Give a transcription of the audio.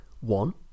One